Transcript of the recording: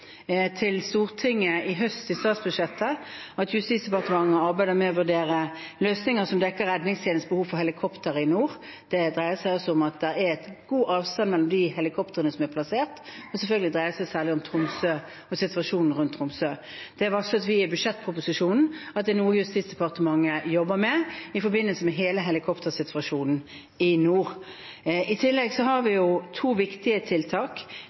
til Stortinget i høst i statsbudsjettet, at Justisdepartementet arbeider med å vurdere løsninger som dekker redningstjenestens behov for helikoptre i nord. Det dreier seg altså om at det er god avstand mellom de helikoptrene som er plassert, og selvfølgelig dreier det seg særlig om Tromsø og situasjonen rundt Tromsø. Vi varslet i budsjettproposisjonen at dette er noe Justisdepartementet jobber med i forbindelse med hele helikoptersituasjonen i nord. I tillegg har vi to viktige tiltak.